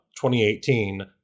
2018